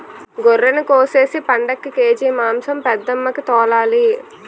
గొర్రినికోసేసి పండక్కి కేజి మాంసం పెద్దమ్మికి తోలాలి